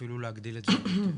אפילו להגדיל את זה יותר.